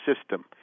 system